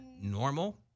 normal